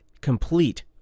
complete